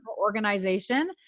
organization